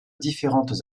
différentes